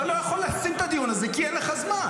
אתה לא יכול לקיים את הדיון הזה כי אין לך זמן.